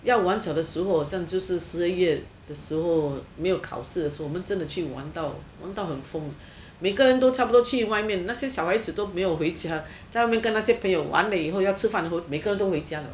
要玩耍的时候好像就是十二月的时候没有考试的时候我们真的去玩到很疯每个人都差不多去外面那些小孩子都没有回家在外面跟那些朋友玩了以后要吃饭了每个人都回家